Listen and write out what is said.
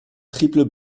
triples